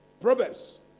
Proverbs